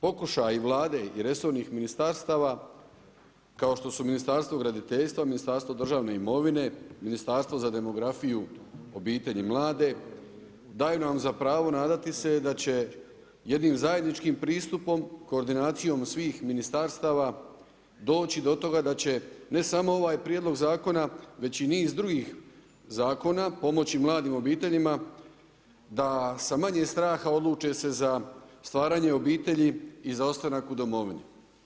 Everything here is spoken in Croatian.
Pokušaji Vlade i resornih ministarstava, kao što su Ministarstvo graditeljstva, Ministarstvo državne imovine, Ministarstvo za demografiju, obitelj i mlade daju nam za pravo nadati se da će jednim zajedničkim pristupom, koordinacijom svih ministarstava doći do toga da će ne samo ovaj prijedlog zakona već i niz drugih zakona pomoći mladim obiteljima da sa manje straha odluče se za stvaranje obitelji i za ostanak u domovini.